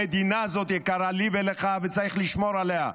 המדינה הזאת יקרה לי ולך, וצריך לשמור עליה.